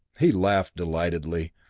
he laughed delightedly.